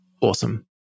awesome